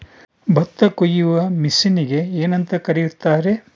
ಭತ್ತ ಕೊಯ್ಯುವ ಮಿಷನ್ನಿಗೆ ಏನಂತ ಕರೆಯುತ್ತಾರೆ?